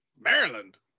Maryland